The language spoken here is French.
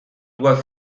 doit